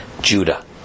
Judah